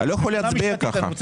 אני לא יכול להצביע ככה.